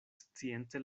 science